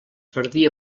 perdia